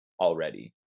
already